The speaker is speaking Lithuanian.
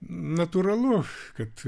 natūralu kad